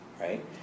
right